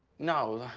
no,